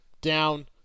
down